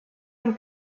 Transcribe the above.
han